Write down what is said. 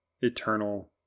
eternal